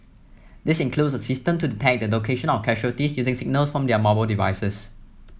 this includes a system to detect the location of casualties using signals from their mobile devices